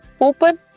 Open